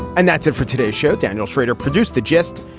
and that's it for today's show. daniel schrader produced the gist.